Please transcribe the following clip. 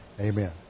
Amen